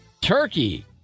turkey